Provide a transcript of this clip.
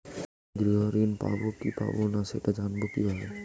আমি গৃহ ঋণ পাবো কি পাবো না সেটা জানবো কিভাবে?